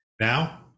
Now